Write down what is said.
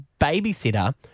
babysitter